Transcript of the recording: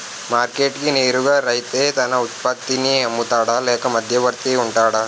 Market కి నేరుగా రైతే తన ఉత్పత్తి నీ అమ్ముతాడ లేక మధ్యవర్తి వుంటాడా?